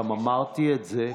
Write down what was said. גם אמרתי את זה,